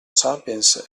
sapiens